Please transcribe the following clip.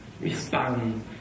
respond